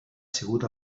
sigut